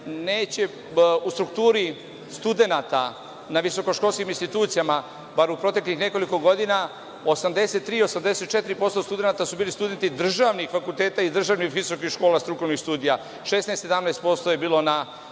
U strukturi studenata na visokoškolskim institucijama, bar u proteklih nekoliko godina, 83%, 84% studenata su bili studenti državnih fakulteta i državnih visokih škola strukovnih studija, a 16%, 17% je bilo na